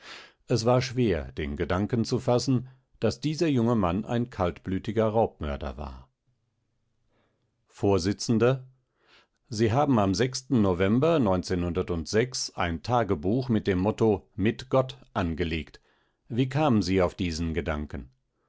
es war schwer den gedanken zu fassen daß dieser junge mann ein kaltblütiger raubmörder war vors sie haben am november ein tagebuch mit dem motto mit gott angelegt wie kamen sie auf diesen gedanken